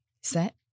Set